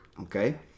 okay